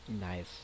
Nice